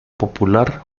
popular